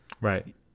right